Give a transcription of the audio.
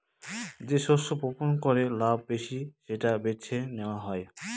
যে শস্য বপন করে লাভ বেশি সেটা বেছে নেওয়া হয়